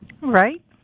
Right